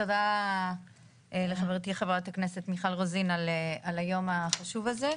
תודה לחברתי מיכל רוזין על היום החשוב הזה.